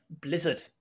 Blizzard